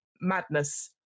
madness